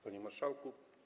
Panie Marszałku!